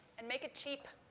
and make it cheap,